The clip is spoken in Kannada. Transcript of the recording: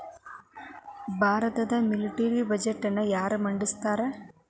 ಭಾರತದ ಮಿಲಿಟರಿ ಬಜೆಟ್ನ ಯಾರ ಮಂಡಿಸ್ತಾರಾ